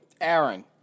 Aaron